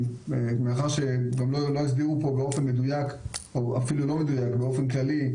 מאחר שהם גם לא הסבירו פה באופן מדויק או אפילו לא מדויק באופן כללי,